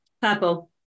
Purple